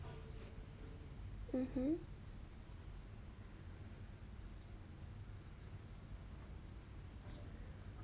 mmhmm